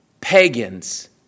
pagans